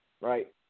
right